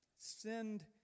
send